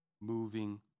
moving